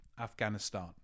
Afghanistan